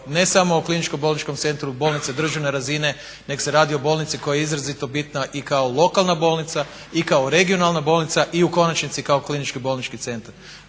ne samo o Kliničkom bolničkom centru, bolnice državne razine, nego se radi o bolnici koja je izrazito bitna i kao lokalna bolnica i kao regionalna bolnica i u konačnici kao klinički bolnički centar.